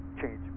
change